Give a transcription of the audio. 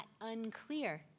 unclear